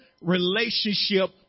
relationship